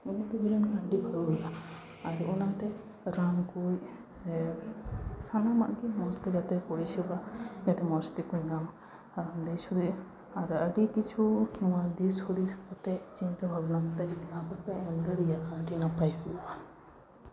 ᱩᱱᱱᱚᱛᱤ ᱦᱩᱭ ᱞᱮᱱᱠᱷᱟᱱ ᱟᱹᱰᱤ ᱵᱷᱟᱹᱜᱤ ᱦᱩᱭᱩᱜᱼᱟ ᱟᱨ ᱚᱱᱟᱛᱮ ᱨᱟᱱ ᱠᱚ ᱥᱮ ᱥᱟᱱᱟᱢᱟᱜ ᱜᱮ ᱢᱚᱡᱽᱛᱮ ᱡᱟᱛᱮ ᱯᱚᱨᱤᱥᱮᱵᱟ ᱡᱟᱛᱮ ᱢᱚᱡᱽ ᱛᱮᱠᱚ ᱧᱟᱢ ᱟᱨ ᱫᱤᱥᱦᱩᱫᱤᱥ ᱟᱨ ᱟᱹᱰᱤ ᱠᱤᱪᱷᱩ ᱱᱚᱣᱟ ᱫᱤᱥᱦᱩᱫᱤᱥ ᱠᱟᱛᱮᱫ ᱪᱤᱱᱛᱟᱹ ᱵᱷᱟᱵᱱᱟ ᱠᱟᱛᱮ ᱡᱟᱦᱟᱸ ᱠᱟᱛᱮ ᱮᱢ ᱫᱟᱲᱮᱭᱟᱜ ᱠᱷᱟᱱ ᱟᱹᱰᱤ ᱱᱟᱯᱟᱭ ᱦᱩᱭᱩᱜᱼᱟ